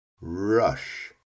Rush